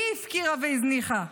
שהיא הפקירה והזניחה.